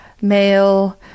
male